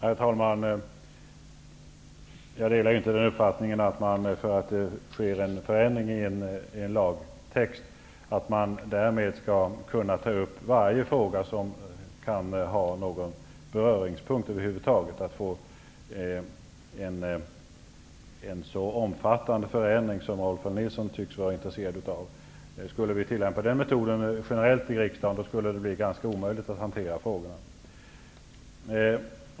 Herr talman! Jag delar inte uppfattningen att man på grund av att det sker en förändring i en lagtext skall kunna ta upp varje fråga som över huvud kan ha någon beröringspunkt med lagen och att det skulle vara möjligt att få till stånd en så omfattande förändring som Rolf L Nilson tycks vara intresserad av. Skulle vi tillämpa den metoden generellt i riksdagen, skulle det bli ganska omöjligt att hantera frågorna.